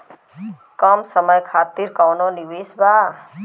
कम समय खातिर कौनो निवेश बा?